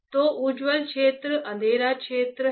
तो उज्ज्वल क्षेत्र अंधेरा क्षेत्र हैं